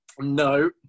No